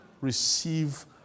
receive